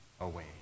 away